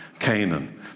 Canaan